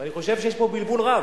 ואני חושב שיש פה בלבול רב.